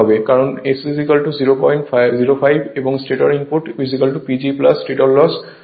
কারণ S005 এবং stator input PG স্টেটরের লস